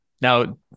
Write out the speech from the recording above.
Now